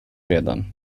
redan